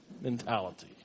mentality